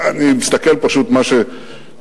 אני מסתכל פשוט מי שנמצא,